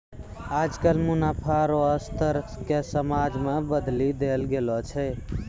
आजकल मुनाफा रो स्तर के समाज मे बदली देल गेलो छै